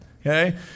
Okay